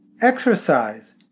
Exercise